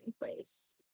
place